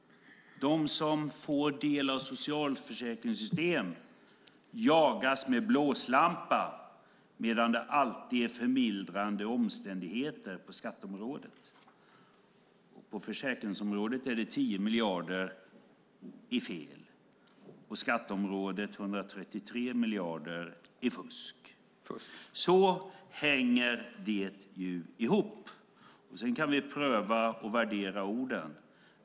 De som får del av socialförsäkringssystem jagas med blåslampa medan det alltid är förmildrande omständigheter på skatteområdet. På försäkringsområdet är det 10 miljarder i fel, på skatteområdet 133 miljarder i fusk. Så hänger det ihop. Sedan kan vi pröva och värdera orden.